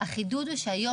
החידוד הוא שהיום,